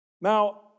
Now